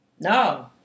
No